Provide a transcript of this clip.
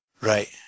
Right